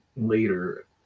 later